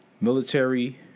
military